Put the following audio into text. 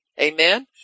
Amen